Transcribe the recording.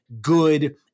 good